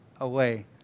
away